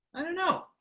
i don't know.